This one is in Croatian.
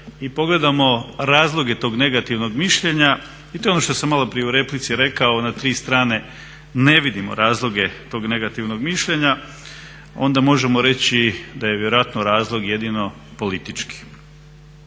i pogledamo razloge tog negativnog mišljenja i to je ono što sam malo prije u replici rekao na tri strane ne vidimo razloge tog negativnog mišljenja onda možemo reći da je vjerojatno razlog jedino politički.